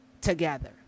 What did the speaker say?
together